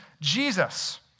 Jesus